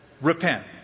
Repent